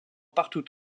partout